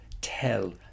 tell